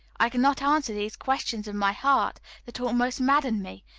i could not answer these questions of my heart that almost maddened me,